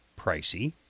pricey